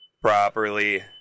properly